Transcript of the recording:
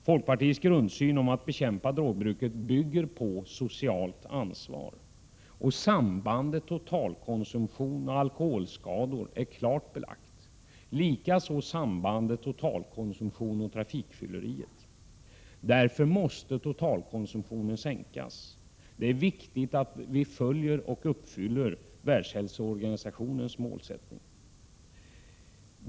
Folkpartiets grundsyn om att bekämpa drogbruket bygger på socialt ansvar. Sambandet mellan totalkonsumtion och alkoholskador är klart belagt, likaså sambandet mellan totalkonsumtion och trafikfylleri. Därför måste totalkonsumtionen minskas. Det är viktigt att vi följer och uppfyller Världshälsoorganisationens målsättning.